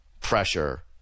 pressure